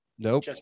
Nope